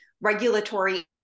regulatory